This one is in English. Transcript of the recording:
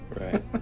Right